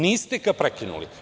Niste ga prekinuli.